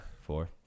Four